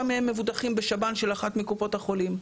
מהם מבוטחים בשב"ן של אחת מקופות החולים.